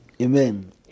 Amen